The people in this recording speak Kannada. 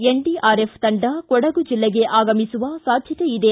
ಎನ್ಡಿಆರ್ಎಫ್ ತಂಡ ಕೊಡಗು ಜಿಲ್ಲೆಗೆ ಆಗಮಿಸುವ ಸಾಧ್ಯತೆ ಇದೆ